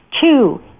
Two